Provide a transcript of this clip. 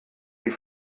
die